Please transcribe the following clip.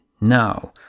now